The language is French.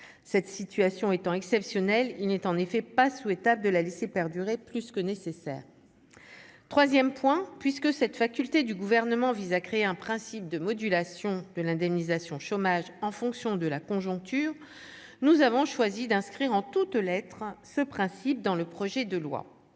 cette situation étant exceptionnel, il n'est en effet pas souhaitable de la laisser perdurer plus que nécessaire 3ème point puisque cette faculté du gouvernement vise à créer un principe de modulation de l'indemnisation chômage, en fonction de la conjoncture, nous avons choisi d'inscrire en toutes lettres, ce principe dans le projet de loi